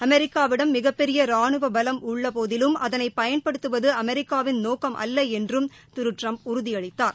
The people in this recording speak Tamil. அமெிக்காவிடம் மிகப்பெரிய ராணுவ பலம் உள்ளபோதிலும் அதனை பயன்படுத்துவது அமெரிக்காவின் நோக்கம் அல்ல என்றும் திரு ட்டிரம்ப் உறுதியளித்தார்